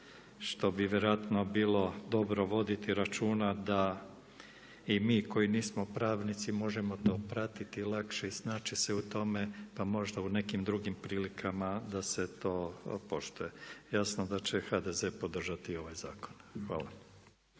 što bi vjerojatno bilo dobro voditi računa da i mi koji nismo pravnici možemo to pratiti lakše i snaći se u tome da možda u nekim drugim prilikama da se to poštuje. Jasno da će HDZ podržati ovaj zakon. Hvala.